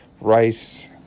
rice